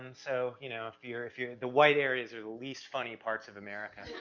and so you know if you're, if you're the white areas are the least funny parts of america.